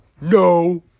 no